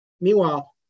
meanwhile